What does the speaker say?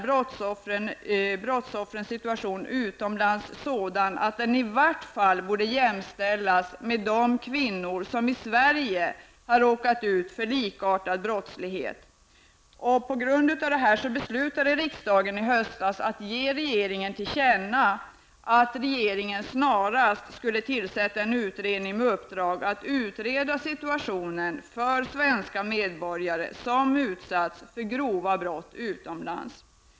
Brottsoffrens situation är sådan att de i vart fall borde jämställas med kvinnor som i Sverige har råkat ut för likartad brottslighet. På grund härav beslöt riksdagen i höstas att ge regeringen till känna att regeringen snarast skulle tillsätta en utredning med uppdrag att utreda situationen för svenska medborgare som utsatts för grova brott utomlands.